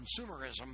consumerism